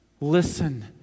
Listen